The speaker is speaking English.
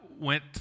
went